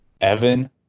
Evan